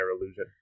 illusion